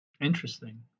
Interesting